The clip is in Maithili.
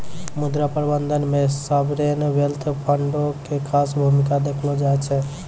मुद्रा प्रबंधन मे सावरेन वेल्थ फंडो के खास भूमिका देखलो जाय छै